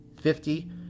fifty